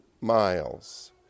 miles